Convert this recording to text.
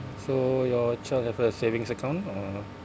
so your child have a savings account or